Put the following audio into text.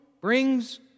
brings